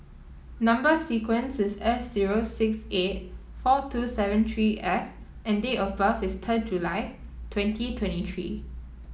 number sequence is S zero six eight four two seven three F and date of birth is third July twenty twenty three